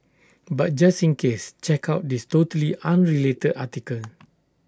but just in case check out this totally unrelated article